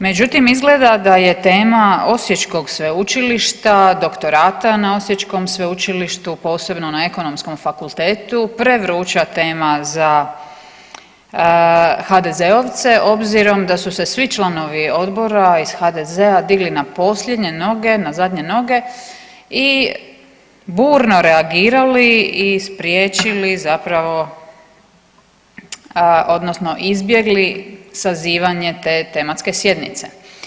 Međutim, izgleda da je tema osječkog sveučilišta, doktorata na osječkom sveučilištu, posebno na Ekonomskom fakultetu prevruća tema za HDZ-ovce obzirom da su se svi članovi odbora iz HDZ-a digli na posljednje noge, na zadnje noge i burno reagirali i spriječili zapravo odnosno izbjegli sazivanje te tematske sjednice.